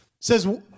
says